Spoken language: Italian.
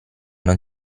non